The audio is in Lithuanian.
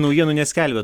naujienų neskelbia